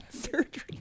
surgery